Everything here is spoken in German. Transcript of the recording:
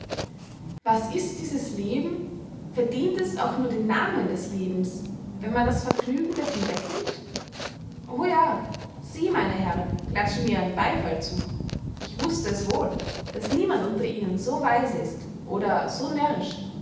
was ist dieses leben verdient es auch nur den namen des lebens wenn man das vergnügen davon wegnimmt o ja sie meine herren klatschen mir ihren beyfall zu ich wußte es wohl daß niemand unter ihnen so weise ist oder so närrisch